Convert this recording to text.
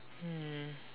mm